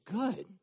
good